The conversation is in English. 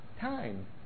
time